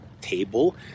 table